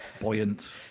buoyant